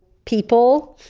people.